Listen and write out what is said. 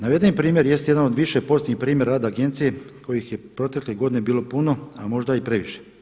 Navedeni primjer jest jedan od više pozitivnih primjera rada agencije kojih je protekle godine bilo puno, a možda i previše.